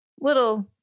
little